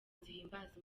zihimbaza